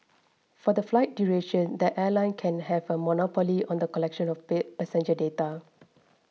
for the flight duration the airline can have a monopoly on the collection of pay passenger data